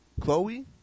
Chloe